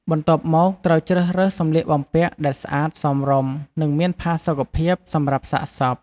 បន្ទាប់មកត្រូវជ្រើសរើសសម្លៀកបំពាក់ដែលស្អាត សមរម្យ និងមានផាសុកភាពសម្រាប់សាកសព។